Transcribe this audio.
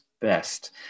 best